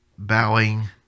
bowing